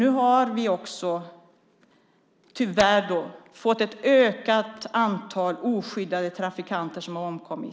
Nu har vi nämligen, tyvärr, fått ett ökat antal oskyddade trafikanter som har omkommit.